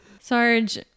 Sarge